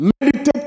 Meditate